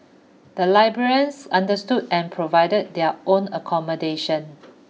the librarians understood and provided their own accommodation